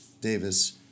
Davis